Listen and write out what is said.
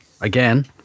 again